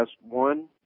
one